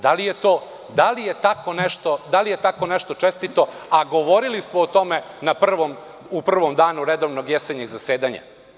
Da li je takvo nešto čestito, a govorili smo o tome u prvom danu redovnog jesenjeg zasedanja?